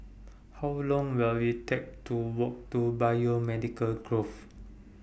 How Long Will IT Take to Walk to Biomedical Grove